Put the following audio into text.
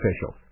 officials